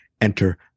enter